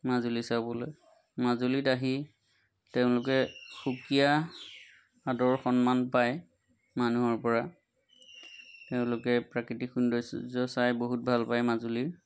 মাজুলী চাবলৈ মাজুলীত আহি তেওঁলোকে সুকীয়া সাদৰ সন্মান পায় মানুহৰপৰা তেওঁলোকে প্ৰাকৃতিক সৌন্দৰ্য চাই বহুত ভাল পায় মাজুলীৰ